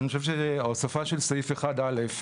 אני חושב שהוספה של סעיף (1)(א),